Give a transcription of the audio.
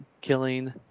killing